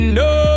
no